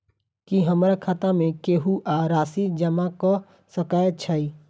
की हमरा खाता मे केहू आ राशि जमा कऽ सकय छई?